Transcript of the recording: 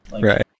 Right